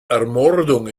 ermordung